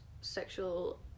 sexual